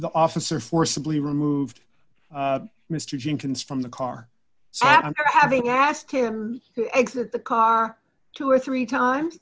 the officer forcibly removed mr jenkins from the car so having asked him to exit the car two or three times